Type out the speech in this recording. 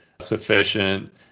sufficient